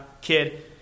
kid